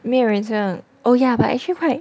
没有人这样 oh ya but actually quite